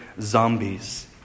zombies